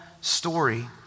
story